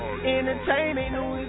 entertainment